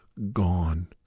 gone